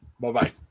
Bye-bye